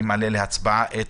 אני מעלה להצבעה את